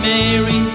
Mary